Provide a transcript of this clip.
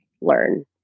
learn